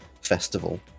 festival